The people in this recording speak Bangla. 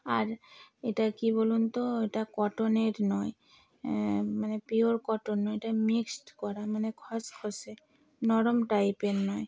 আর এটা কী বলুন তো এটা কটনের নয় মানে পিওর কটন নয় এটা মিক্সড করা মানে খসখসে নরম টাইপের নয়